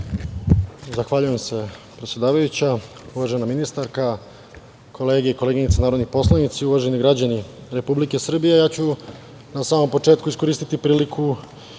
Zahvaljujem se predsedavajuća. Uvažena ministarka, kolege i koleginice narodni poslanici, uvaženi građani Republike Srbije, ja ću na samom početku iskoristiti priliku